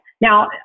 Now